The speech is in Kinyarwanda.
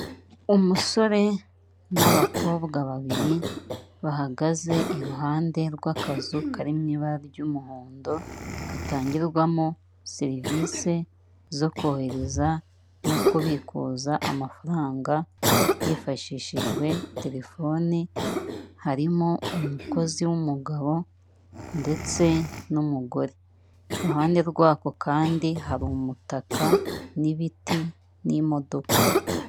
Umusore n'abakobwa babiri bahagaze iruhande rw'akazu kariri mu ibara ry'umuhondo gatangirwamo serivisi zo kohereza no kubikuza amafaranga hifashishijwe telefoni, harimo umukozi w'umugabo ndetse n'umugore, iruhande rwako kandi hari umutaka n'ibiti n'imodoka.